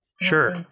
Sure